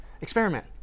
experiment